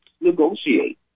negotiate